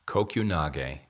Kokunage